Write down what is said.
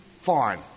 fine